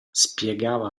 spiegava